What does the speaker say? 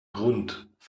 grund